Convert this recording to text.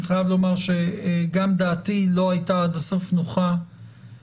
אני חייב לומר שגם דעתי לא הייתה עד הסוף נוחה שבתו